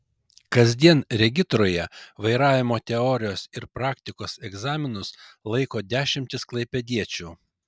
kasdien regitroje vairavimo teorijos ir praktikos egzaminus laiko dešimtys klaipėdiečių